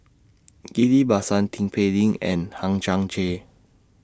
Ghillie BaSan Tin Pei Ling and Hang Chang Chieh